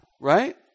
right